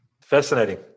Fascinating